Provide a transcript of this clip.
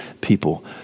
people